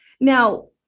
Now